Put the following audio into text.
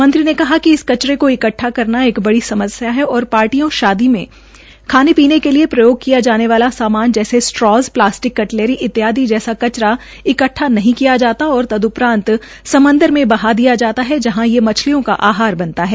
मंत्री ने कहा कि इस कचरे को इकट्ठा करना एक बड़ी समस्यस है और पार्टियों शादियो में खाने पीने के लिए प्रयोग किये जाने वाला सामान स्ट्रा प्लास्टिक कटलेरी इत्यादि जैसा कचरा इकटठा नहीं किया जाता और तदपरांत समुंद्र में बहा दिया जाता है जहां ये मछलियों का आहार बनता है